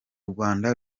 rwanda